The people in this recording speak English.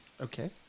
Okay